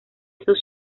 esos